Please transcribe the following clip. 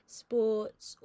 sports